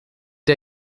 der